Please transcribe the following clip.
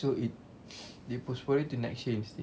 so it they postpone it to next year instead